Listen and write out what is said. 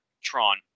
Tron